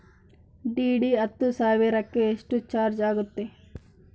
DD ಹತ್ತು ಸಾವಿರಕ್ಕೆ ಎಷ್ಟು ಚಾಜ್೯ ಆಗತ್ತೆ?